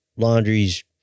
Laundrie's